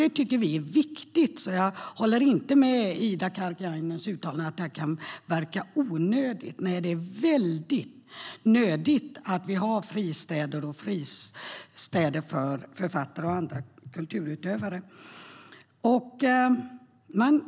Detta tycker vi är viktigt. Jag håller därför inte med Ida Karkiainen när hon uttalade att detta kan verka onödigt. Nej, det är mycket nödigt att vi har fristäder för författare och andra kulturutövare.